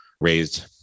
raised